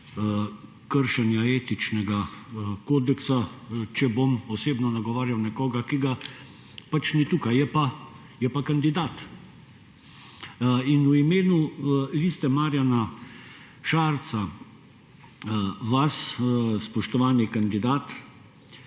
kršenja etičnega kodeksa, če bom osebno nagovarjal nekoga, ki ga pač ni tukaj, je pa kandidat. In v imenu LMŠ vas spoštovani kandidat